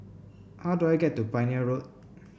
how do I get to Pioneer Road